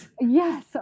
yes